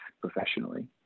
professionally